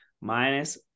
minus